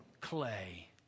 clay